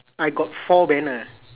I got four banners